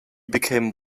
became